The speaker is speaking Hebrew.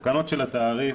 התקנות של התעריף